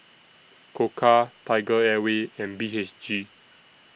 Koka TigerAir Way and B H G